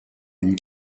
une